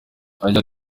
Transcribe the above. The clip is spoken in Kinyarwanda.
agira